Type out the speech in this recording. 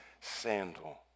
sandal